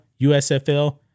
USFL